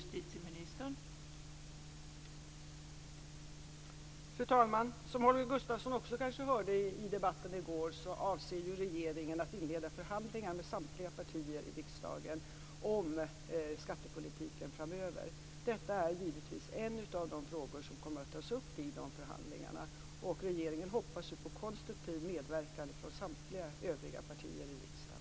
Fru talman! Som Holger Gustafsson kanske också hörde i debatten i går avser regeringen att inleda förhandlingar med samtliga partier i riksdagen om skattepolitiken framöver. Detta är givetvis en av de frågor som kommer att tas upp i de förhandlingarna. Och regeringen hoppas på konstruktiv medverkan från samtliga övriga partier i riksdagen.